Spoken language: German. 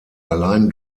allein